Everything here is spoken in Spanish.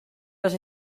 los